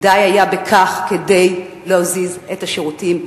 די היה בכך כדי להזיז את השירותים,